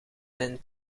zijn